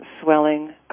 swelling